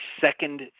second